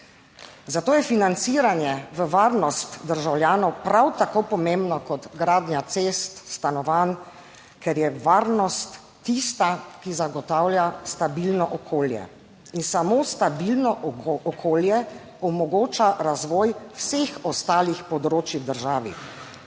Zato je financiranje v varnost državljanov prav tako pomembno kot gradnja cest, stanovanj, ker je varnost tista, ki zagotavlja stabilno okolje in samo stabilno okolje omogoča razvoj vseh ostalih področij v državi.